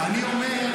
לא.